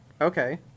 okay